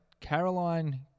Caroline